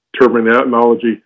terminology